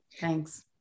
Thanks